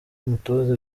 umutoza